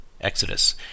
Exodus